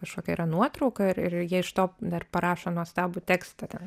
kažkokia yra nuotrauka ir ir jie iš to dar parašo nuostabų tekstą ten